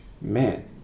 man